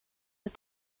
but